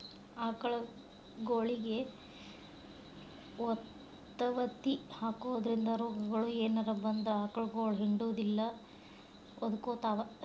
ಆಕಳಗೊಳಿಗೆ ವತವತಿ ಹಾಕೋದ್ರಿಂದ ರೋಗಗಳು ಏನರ ಬಂದ್ರ ಆಕಳಗೊಳ ಹಿಂಡುದಿಲ್ಲ ಒದಕೊತಾವ